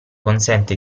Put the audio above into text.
consente